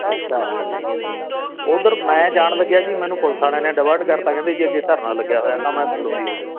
ਅੱਛਾ ਉੱਧਰ ਮੈਂ ਜਾਣ ਲੱਗਿਆ ਜੀ ਮੈਨੂੰ ਪੁਲਿਸ ਵਾਲਿਆਂ ਨੇ ਡਵਰਟ ਕਰਤਾ ਕਹਿੰਦੇ ਜੀ ਅੱਗੇ ਧਰਨਾ ਲੱਗਿਆ ਹੋਇਆ ਤਾਂ ਮੈਂ ਥੱਲੋਂ ਦੀ ਹੋ ਗਿਆ